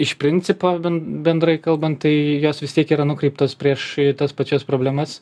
iš principo bendrai kalbant tai jos vis tiek yra nukreiptos prieš tas pačias problemas